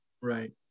Right